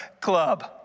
club